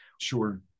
Sure